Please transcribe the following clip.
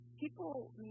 people